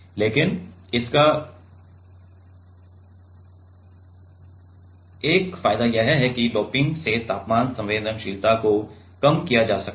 लेकिन इसका एक फायदा यह है कि डोपिंग से तापमान संवेदनशीलता को कम किया जा सकता है